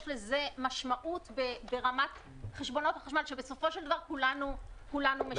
לזה משמעות ברמת חשבונות החשמל שבסופו של דבר כולנו משלמים אותם.